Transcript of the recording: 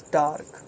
dark